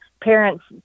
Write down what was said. parents